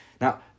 Now